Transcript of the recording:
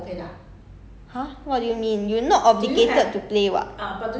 can but not good lor